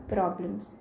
Problems